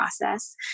process